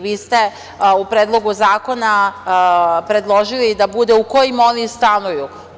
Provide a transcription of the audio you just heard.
Vi ste u Predlogu zakona predložili da bude u kojim oni stanuju.